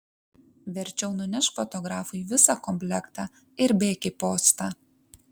verčiau nunešk fotografui visą komplektą ir bėk į postą